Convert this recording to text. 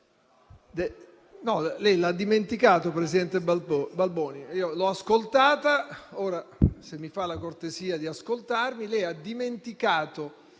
Lei l'ha dimenticato, presidente Balboni;